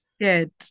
Good